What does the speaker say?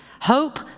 Hope